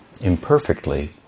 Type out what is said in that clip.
imperfectly